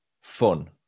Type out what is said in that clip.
fun